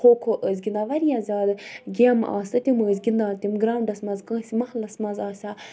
کھو کھو ٲسۍ گِندان واریاہ زیادٕ گیمہٕ آسہٕ تہٕ تِم ٲسۍ گِندان تِم گراونڈس مَنٛز کٲنسہِ محلَس مَنٛز آسہِ ہا